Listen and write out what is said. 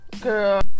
girl